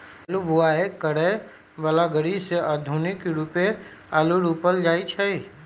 आलू बाओ करय बला ग़रि से आधुनिक रुपे आलू रोपल जाइ छै